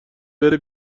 بره